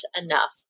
enough